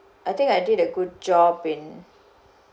I think I did a good job in